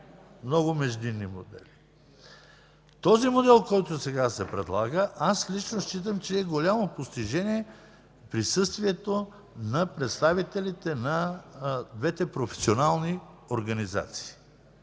много междинни модели. В този модел, който сега се предлага, аз лично считам, че е голямо постижение присъствието на представителите на двете професионални организации